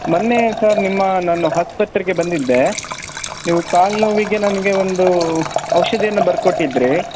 ಮೊನ್ನೇ sir ನಿಮ್ಮ ನಾನು ಆಸ್ಪತ್ರೆಗೆ ಬಂದಿದ್ದೆ ನೀವು ಕಾಲು ನೋವಿಗೆ ನನಗೆ ಒಂದೂ ಔಷಧಿಯನ್ನು ಬರೆದು ಕೊಟ್ಟಿದ್ದಿರಿ